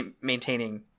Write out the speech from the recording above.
maintaining